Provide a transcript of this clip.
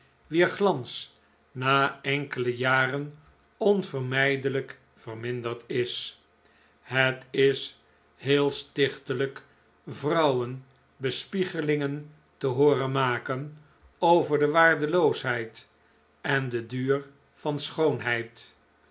wier glans na enkele jaren onvermijdelijk verminderd is het is heel stichtelijk vrouwen bespiegelingen te hooren maken over de waardeloosheid en den duur van schoonheid